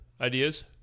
ideas